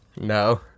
No